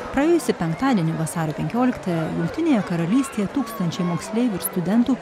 praėjusį penktadienį vasario penkioliktąją jungtinėje karalystėje tūkstančiam moksleivių ir studentų